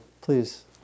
Please